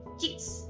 chicks